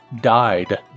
died